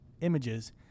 images